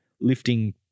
lifting